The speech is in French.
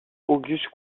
auguste